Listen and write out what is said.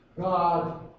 God